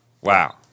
Wow